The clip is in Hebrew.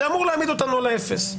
זה אמור להעמיד אותנו על האפס,